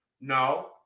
No